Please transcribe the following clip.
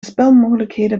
spelmogelijkheden